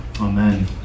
Amen